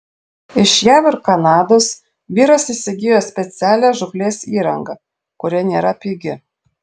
iš jav ir kanados vyras įsigijo specialią žūklės įrangą kuri nėra pigi